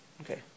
Okay